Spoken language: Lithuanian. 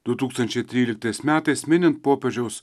du tūkstančiai tryliktais metais minint popiežiaus